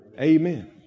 Amen